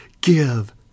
Give